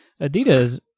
Adidas